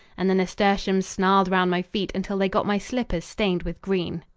and the nasturtiums snarled round my feet until they got my slippers stained with green.